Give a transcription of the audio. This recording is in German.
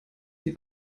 sie